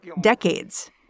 decades